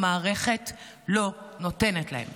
המערכת לא נותנת להם,